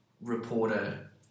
reporter